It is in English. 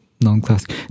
non-classic